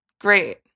Great